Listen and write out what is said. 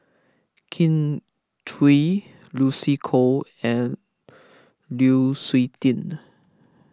Kin Chui Lucy Koh and Lu Suitin